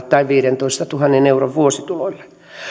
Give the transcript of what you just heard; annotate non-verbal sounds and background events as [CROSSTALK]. [UNINTELLIGIBLE] tai viidentoistatuhannen euron vuosituloilla